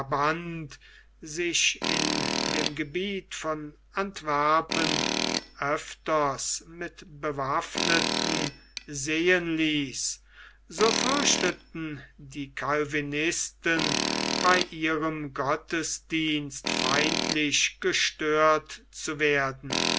sich in dem gebiet von antwerpen öfters mit bewaffneten sehen ließ so fürchteten die calvinisten bei ihrem gottesdienst feindlich gestört zu werden